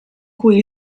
cui